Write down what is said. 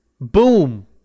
boom